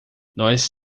nós